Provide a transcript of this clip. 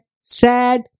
Sad